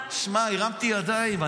שמע, הרמתי ידיים.